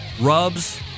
Rubs